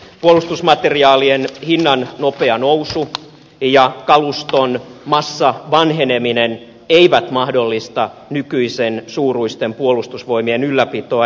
puolustusmateriaalien hinnan nopea nousu ja kaluston massavanheneminen eivät mahdollista nykyisen suuruisten puolustusvoimien ylläpitoa